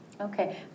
Okay